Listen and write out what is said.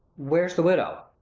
where's the widow?